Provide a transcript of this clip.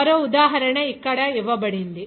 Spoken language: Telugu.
మరో ఉదాహరణ ఇక్కడ ఇవ్వబడింది